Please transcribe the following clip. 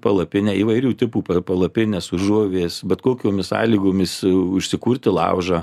palapinę įvairių tipų palapines užuovėjas bet kokiomis sąlygomis užsikurti laužą